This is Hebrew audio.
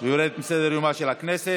ויורדת מסדר-יומה של הכנסת.